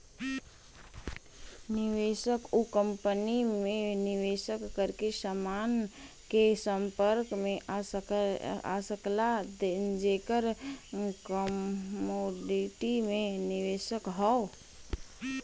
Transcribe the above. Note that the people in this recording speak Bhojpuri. निवेशक उ कंपनी में निवेश करके समान के संपर्क में आ सकला जेकर कमोडिटी में निवेश हौ